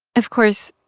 of course,